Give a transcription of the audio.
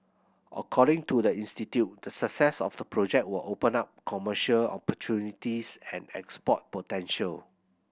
according to the institute the success of the project will open up commercial opportunities and export potential